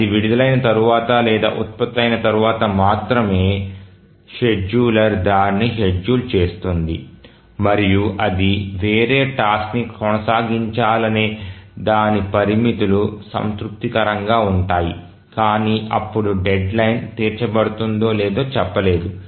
అది విడుదలైన తరువాత లేదా ఉత్పత్తి అయిన తరువాత మాత్రమే షెడ్యూలర్ దానిని షెడ్యూల్ చేస్తుంది మరియు అది వేరే టాస్క్ని కొనసాగించాలనే దాని పరిమితులు సంతృప్తికరంగా ఉంటాయి కాని అప్పుడు డెడ్లైన్ తీర్చబడుతుందో లేదో చెప్పలేదు